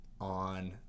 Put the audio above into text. on